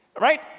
Right